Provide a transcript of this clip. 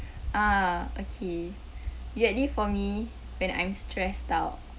ah okay weirdly for me when I'm stressed out